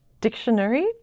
Dictionary